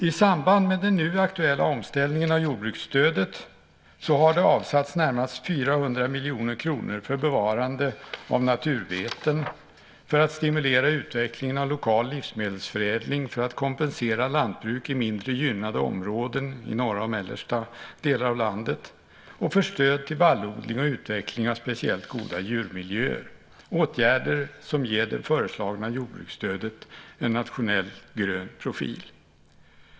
I samband med den nu aktuella omställningen av jordbruksstödet har det avsatts närmare 400 miljoner kronor för bevarande av naturbeten för att stimulera utvecklingen av lokal livsmedelsförädling för att kompensera lantbruk i mindre gynnade områden i de norra och mellersta delarna av landet och för stöd till vallodling och utveckling av speciellt goda djurmiljöer - åtgärder som ger det föreslagna jordbruksstödet en nationell grön profil.